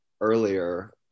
Earlier